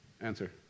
Answer